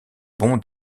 bon